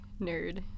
nerd